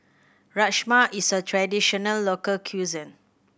rajma is a traditional local cuisine